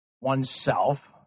oneself